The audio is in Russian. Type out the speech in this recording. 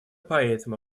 поэтому